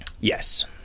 yes